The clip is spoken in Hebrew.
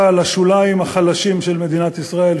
על השוליים החלשים של מדינת ישראל,